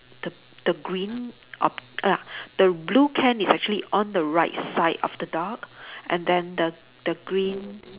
the the green ob~ uh the blue can is actually on the right side of the dog and then the the green